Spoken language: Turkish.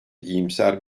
iyimser